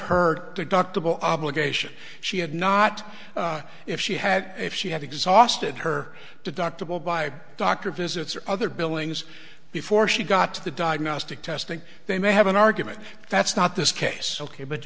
her doctor dr bill obligation she had not if she had if she had exhausted her deductible by doctor visits or other billings before she got to the diagnostic testing they may have an argument that's not this case ok but